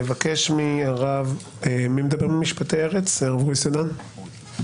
הרב אורי סדן ממכון משפטי ארץ, בבקשה.